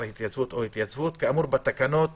התייצבות או אי-התייצבות כאמור בתקנות